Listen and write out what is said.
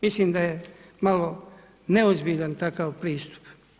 Mislim da je malo neozbiljan takav pristup.